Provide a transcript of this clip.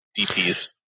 DPS